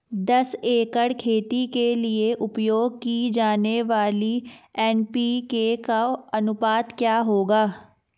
दस एकड़ खेती के लिए उपयोग की जाने वाली एन.पी.के का अनुपात क्या होगा?